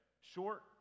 Short